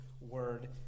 Word